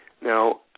Now